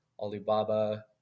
Alibaba